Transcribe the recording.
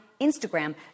Instagram